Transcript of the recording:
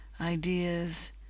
ideas